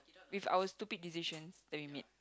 with our stupid decisions that we made